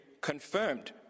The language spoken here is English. confirmed